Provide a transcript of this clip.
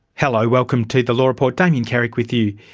hello, welcome to the law report, damien carrick with you.